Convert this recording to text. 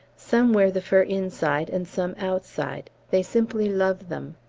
some wear the fur inside and some outside they simply love them.